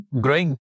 growing